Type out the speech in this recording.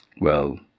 Well